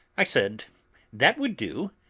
i said that would do.